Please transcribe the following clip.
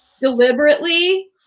deliberately